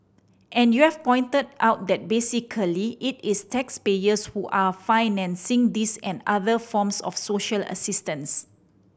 and you have pointed out that basically it is taxpayers who are financing this and other forms of social assistance